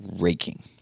raking